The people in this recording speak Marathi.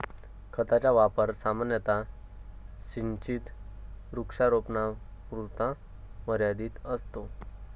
खताचा वापर सामान्यतः सिंचित वृक्षारोपणापुरता मर्यादित असतो